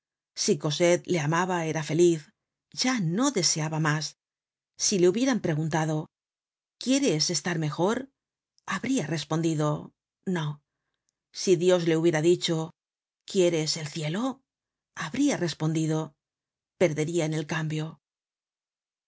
si cosette le amaba era feliz ya no deseaba mas si le hubieran preguntado ouiéres estar mejor habria respondido no si dios le hubiera dicho quiéres el cielo habria respondido perderia en el cambio